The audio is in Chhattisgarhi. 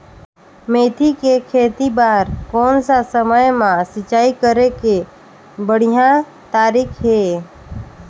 मेथी के खेती बार कोन सा समय मां सिंचाई करे के बढ़िया तारीक हे?